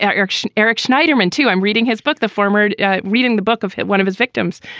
eric and eric schneiderman, too. i'm reading his book, the former reading the book of one of his victims,